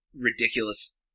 ridiculous